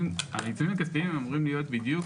הרי העיצומים הכספיים אמורים להיות בדיוק